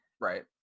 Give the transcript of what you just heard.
Right